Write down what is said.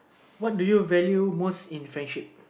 what do you value most in friendship